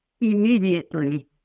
immediately